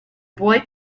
boy